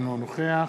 אינו נוכח